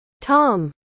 Tom